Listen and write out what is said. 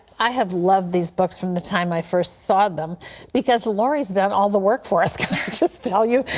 i have loved these books from the time i first saw them because laurie has done all of the work for us, can i just tell you?